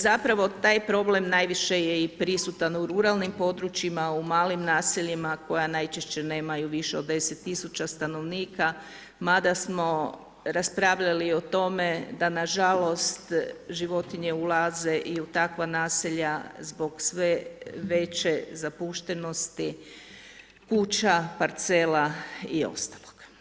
Zapravo taj problem najviše je i prisutan u ruralnim područjima, u malim naseljima koja najčešće nemaju više od 10 tisuća stanovnika mada smo raspravljali i o tome da nažalost životinje ulaze i u takva naselja zbog sve veće zapuštenosti kuća, parcela i ostalog.